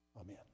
Amen